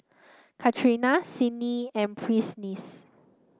Catrina Sydni and Prentiss